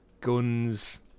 Guns